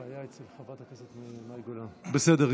בסדר.